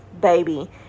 baby